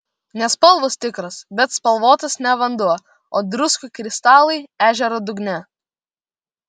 ne spalvos tikros bet spalvotas ne vanduo o druskų kristalai ežero dugne